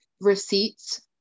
Receipts